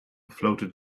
floated